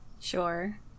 Sure